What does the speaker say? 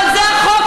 אבל זה החוק.